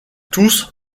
tous